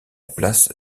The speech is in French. place